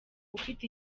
ufite